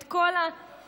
את כל הברקסים,